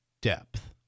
depth